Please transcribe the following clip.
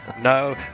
No